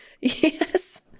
Yes